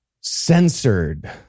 Censored